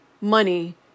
money